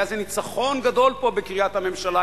והיה זה ניצחון גדול פה בקריית-הממשלה.